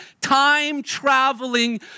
time-traveling